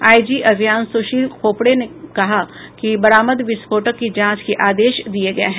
IG अभियान सुशील खोपड़े ने कहा है कि बरामद विस्फोटक की जांच के आदेश दिए गए हैं